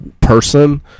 person